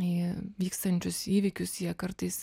į vykstančius įvykius jie kartais